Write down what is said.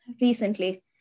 recently